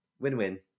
Win-win